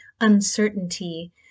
uncertainty